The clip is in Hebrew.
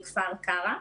מכפר קרע.